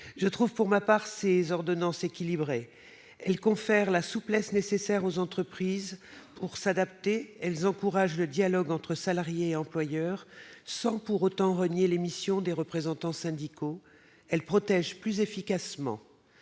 Je trouve pour ma part ces ordonnances équilibrées. Elles confèrent aux entreprises la souplesse nécessaire pour s'adapter, elles encouragent le dialogue entre salariés et employeurs sans pour autant renier les missions des représentants syndicaux, et elles protègent plus efficacement.